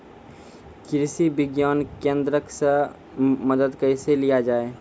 कृषि विज्ञान केन्द्रऽक से मदद कैसे लिया जाय?